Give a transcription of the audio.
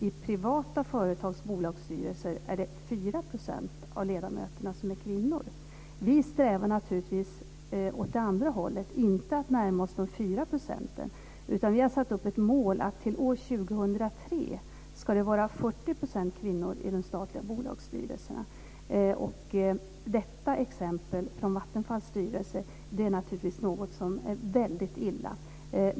I privata företags bolagsstyrelser är det 4 % av ledamöterna som är kvinnor. Vi strävar naturligtvis åt det andra hållet, inte mot att närma oss dessa 4 %. Vi har satt upp ett mål om att det till år 2003 ska vara 40 % kvinnor i de statliga bolagsstyrelserna. Detta exempel från Vattenfalls styrelse är naturligtvis väldigt illa.